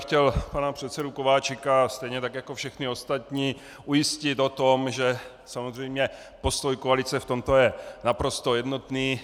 Chtěl bych pana předsedu Kováčika, stejně tak jako všechny ostatní, ujistit o tom, že samozřejmě postoj koalice v tomto je naprosto jednotný.